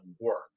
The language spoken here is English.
work